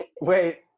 Wait